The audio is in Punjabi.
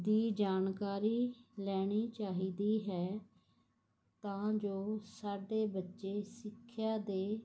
ਦੀ ਜਾਣਕਾਰੀ ਲੈਣੀ ਚਾਹੀਦੀ ਹੈ ਤਾਂ ਜੋ ਸਾਡੇ ਬੱਚੇ ਸਿੱਖਿਆ ਦੇ